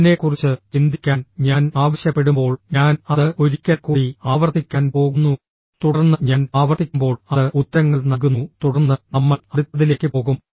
അതിനെക്കുറിച്ച് ചിന്തിക്കാൻ ഞാൻ ആവശ്യപ്പെടുമ്പോൾ ഞാൻ അത് ഒരിക്കൽ കൂടി ആവർത്തിക്കാൻ പോകുന്നു തുടർന്ന് ഞാൻ ആവർത്തിക്കുമ്പോൾ അത് ഉത്തരങ്ങൾ നൽകുന്നു തുടർന്ന് നമ്മൾ അടുത്തതിലേക്ക് പോകും